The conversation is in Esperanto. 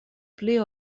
pli